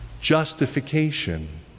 justification